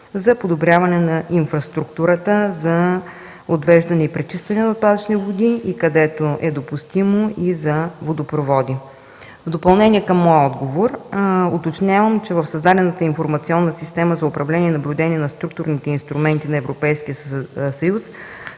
за подобряване на инфраструктурата, за отвеждане и пречистване на отпадъчни води и където е допустимо – и за водопроводи. В допълнение към моя отговор уточнявам, че в създадената информационна система за управление и наблюдение на структурните инструменти на Европейския съюз